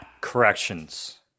Corrections